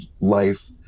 life